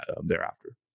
thereafter